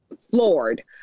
floored